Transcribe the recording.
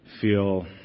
feel